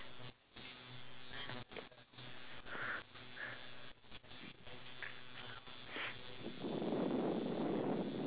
ya I feel like maybe like we can start anytime as long as when we are given a plate of food or just a snack